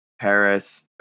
Paris